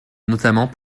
notamment